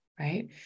right